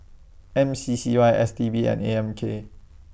M C C Y S T B and A M K